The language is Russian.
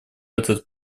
этот